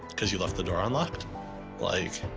because you left the door unlocked like,